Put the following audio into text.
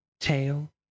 tail